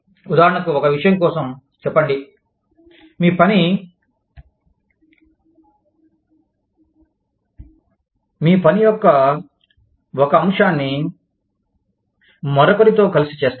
ఉదాహరణకు ఒక విషయం కోసం చెప్పండి మీ పని యొక్క ఒక అంశాన్ని మరొకరితో కలిసి చేస్తారు